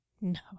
No